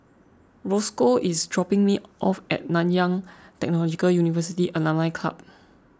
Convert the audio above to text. Rosco is dropping me off at Nanyang Technological University Alumni Club